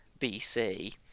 BC